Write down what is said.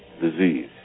disease